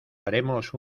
haremos